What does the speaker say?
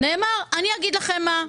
נאמר: אני אגיד לכם מה.